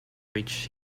reached